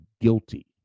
guilty